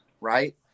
right